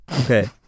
Okay